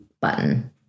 button